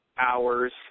hours